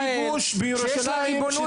יש כיבוש בירושלים.